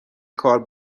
کار